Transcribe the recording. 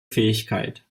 fähigkeit